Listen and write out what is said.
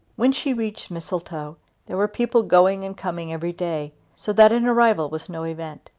when she reached mistletoe there were people going and coming every day, so that an arrival was no event.